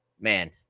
man